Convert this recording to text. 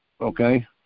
okay